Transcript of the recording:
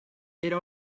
era